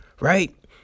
Right